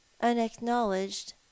unacknowledged